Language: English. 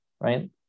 right